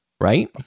right